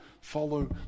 follow